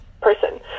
person